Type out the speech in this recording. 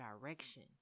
direction